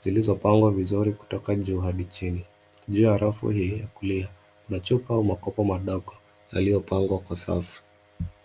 zilizopangwa vizuri kutoka juu hadi chini. Juu ya rafu hii ya kulia, kuna chupa au makopo madogo yaliyopangwa kwa safu.